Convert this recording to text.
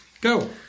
Go